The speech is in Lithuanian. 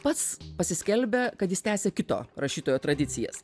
pats pasiskelbia kad jis tęsia kito rašytojo tradicijas